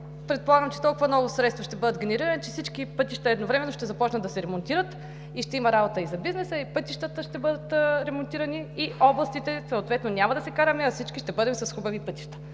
генерирани толкова много средства, че всички пътища едновременно ще започнат да се ремонтират; ще има работа и за бизнеса, и пътищата ще бъдат ремонтирани, и областите. Няма да се караме, а всички ще бъдем с хубави пътища.